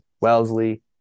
Wellesley